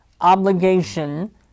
obligation